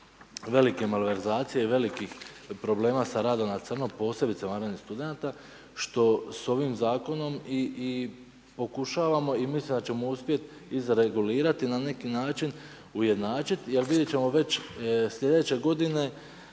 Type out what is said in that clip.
velike malverzacije i velikih problema sa radom na crno posebice vanrednih studenata, što s ovim zakonom i pokušavamo i mislimo da ćemo uspjeti izregulirati, na neki način ujednačiti jer vidit ćemo već slijedeće godine